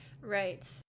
Right